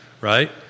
right